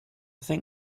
think